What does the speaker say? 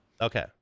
Okay